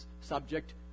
subject